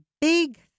big